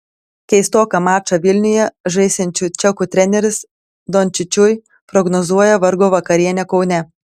keistoką mačą vilniuje žaisiančių čekų treneris dončičiui prognozuoja vargo vakarienę kaune